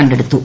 കണ്ടെടുത്തു